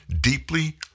deeply